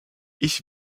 ich